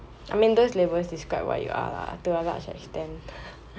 I mean those labels describe what you are lah to a large extent